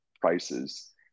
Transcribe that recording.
prices